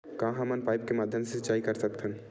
का हमन पाइप के माध्यम से सिंचाई कर सकथन?